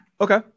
Okay